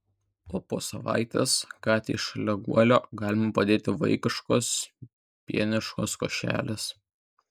o po savaitės katei šalia guolio galima padėti vaikiškos pieniškos košelės